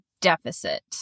deficit